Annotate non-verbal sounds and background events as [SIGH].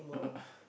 [LAUGHS]